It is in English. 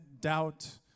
doubt